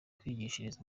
kwigishiriza